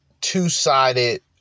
two-sided